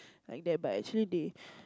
like that but actually they